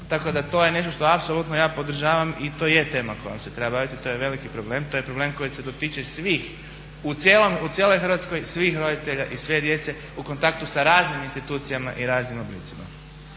Tako da to je nešto što apsolutno ja podržavam i to je tema kojom se treba baviti. To je veliki problem, to je problem koji se dotiče svih u cijeloj Hrvatskoj svih roditelja i sve djece u kontaktu sa raznim institucijama i raznim oblicima.